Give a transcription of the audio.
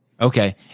Okay